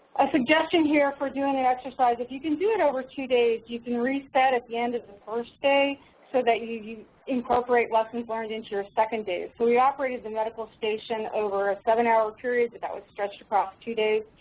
a suggestion here for doing doing an exercise, if you can do it over two days, you can reset at the end of the first day so that you you incorporate lessons learned into your second day. so we operated the medical station over a seven hour period that was stretched across two days.